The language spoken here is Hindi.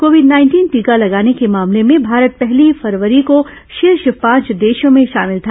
कोविड नाइंटीन टीका लगाने के मामले में भारत पहली फरवरी को शीर्ष पांच देशों में शामिल था